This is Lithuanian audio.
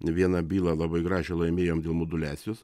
ne vieną bylą labai gražią laimėjom dėl moduliacijos